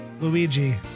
Luigi